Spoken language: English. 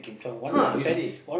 !huh! you see